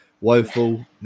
Woeful